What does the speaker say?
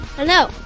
Hello